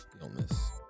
Illness